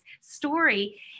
story